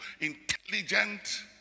intelligent